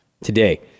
Today